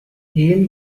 hale